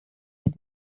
had